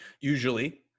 Usually